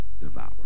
devour